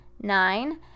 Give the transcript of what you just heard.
nine